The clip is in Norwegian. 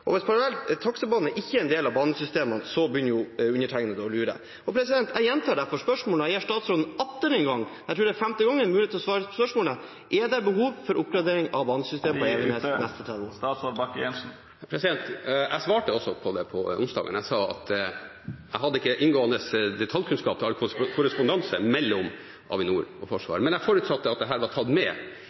årene.» Hvis parallell taksebane ikke er en del av banesystemet, begynner undertegnede å lure. Jeg gjentar derfor spørsmålet og gir statsråden atter en gang – jeg tror det er femte gang – mulighet til å svare på dette spørsmålet: Er det behov for oppgradering av banesystemet på Evenes de neste 30 årene? Jeg svarte på det spørsmålet på onsdag. Jeg sa at jeg ikke hadde inngående detaljkunnskap om all korrespondanse mellom Avinor og Forsvaret, men jeg forutsatte at dette var tatt med